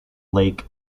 lake